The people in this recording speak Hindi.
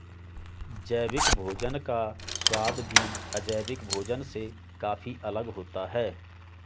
जैविक भोजन का स्वाद भी अजैविक भोजन से काफी अलग होता है